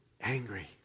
angry